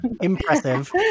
Impressive